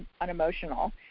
unemotional